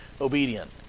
obedient